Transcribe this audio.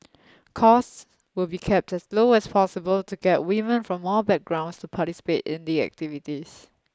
costs will be kept as low as possible to get women from all backgrounds to participate in the activities